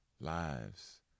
lives